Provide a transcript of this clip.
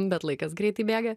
bet laikas greitai bėga